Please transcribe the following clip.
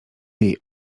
jej